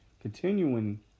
continuing